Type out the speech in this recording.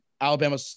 Alabama